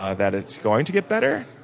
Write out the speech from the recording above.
ah that it's going to get better.